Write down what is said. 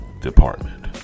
department